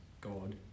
God